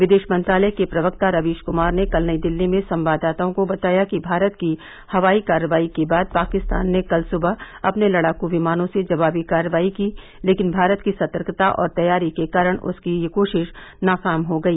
विदेश मंत्रालय के प्रवक्ता रवीश कुमार ने कल नई दिल्ली में संवाददाताओं को बताया कि भारत की हवाई कार्रवाई के बाद पाकिस्तान ने कल सुबह अपने लड़ाकू विमानों से जवाबी कार्रवाई की लेकिन भारत की सतर्कता और तैयारी के कारण उसकी यह कोशिश नाकाम हो गई